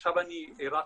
עכשיו אני רץ,